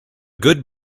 good